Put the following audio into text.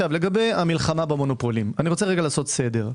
לגבי המלחמה במונופולים, אני רוצה לעשות סדר.